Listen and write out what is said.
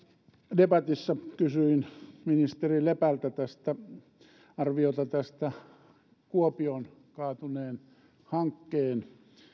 debatissa kysyin ministeri lepältä arviota kuopion kaatuneen hankkeen